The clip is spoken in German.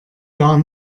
gar